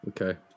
Okay